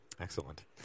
Excellent